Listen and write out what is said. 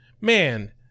Man